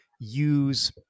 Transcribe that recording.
use